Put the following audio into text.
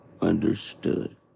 understood